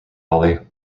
hollie